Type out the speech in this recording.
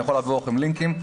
אני יכול להעביר לכם לינקים.